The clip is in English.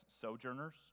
sojourners